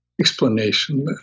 explanation